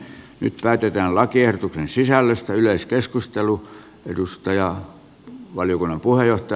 nyt päätetään lakiehdotuksen sisällöstä